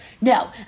no